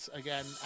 again